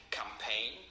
campaign